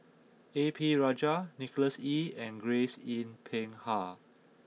A P Rajah Nicholas Ee and Grace Yin Peck Ha